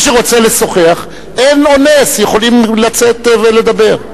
מי שרוצה לשוחח, אין אונס, יכולים לצאת ולדבר.